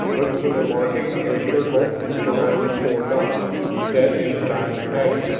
look for the marking of a circle surrounding four dots set in a diamond pattern.